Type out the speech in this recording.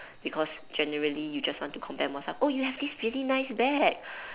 because generally you just want to compare yourself oh you have this really nice bag